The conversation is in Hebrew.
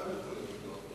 גם ילכו לביטוח הלאומי.